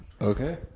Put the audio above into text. Okay